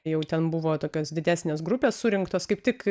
jau ten buvo tokios didesnės grupės surinktos kaip tik